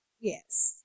Yes